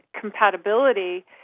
compatibility